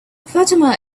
fatima